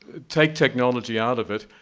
take technology out of it,